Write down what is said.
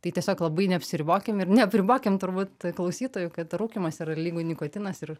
tai tiesiog labai neapsiribokim ir neapribokim turbūt klausytojų kad rūkymas yra lygu nikotinas ir